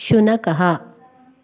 शुनकः